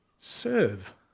serve